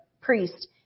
priest